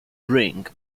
drink